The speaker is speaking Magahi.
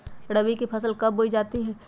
रबी की फसल कब बोई जाती है?